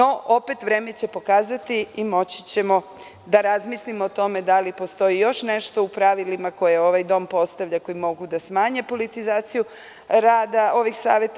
Opet, vreme će pokazati i moći ćemo da razmislimo o tome da li postoji još nešto u pravilima koje ovaj dom postavlja, koji mogu da smanje politizaciju rada ovih saveta.